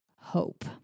hope